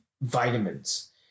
vitamins